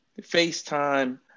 FaceTime